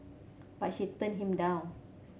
but she turned him down